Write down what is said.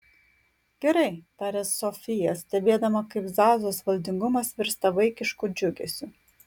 gerai tarė sofija stebėdama kaip zazos valdingumas virsta vaikišku džiugesiu